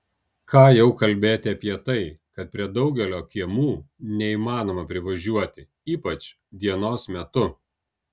ką jau kalbėti apie tai kad prie daugelio kiemų neįmanoma privažiuoti ypač dienos metu